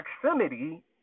proximity